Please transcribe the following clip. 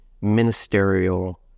ministerial